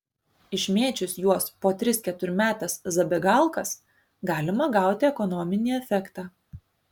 išmėčius juos po tris keturmetes zabegalkas galima gauti ekonominį efektą